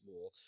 more